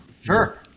sure